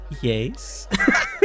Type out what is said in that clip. Yes